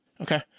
Okay